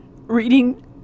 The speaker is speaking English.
Reading